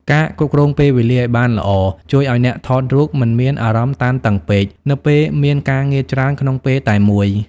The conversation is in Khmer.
ការគ្រប់គ្រងពេលវេលាឱ្យបានល្អ ជួយឱ្យអ្នកថតរូបមិនមានអារម្មណ៍តានតឹងពេក នៅពេលមានការងារច្រើនក្នុងពេលតែមួយ។